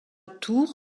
tour